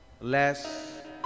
less